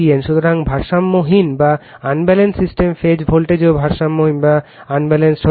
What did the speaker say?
সুতরাং ভারসাম্যহীন system phase ভোল্টেজও ভারসাম্যহীন হতে পারে